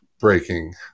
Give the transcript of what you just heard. breaking